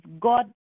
God